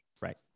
Right